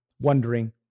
wondering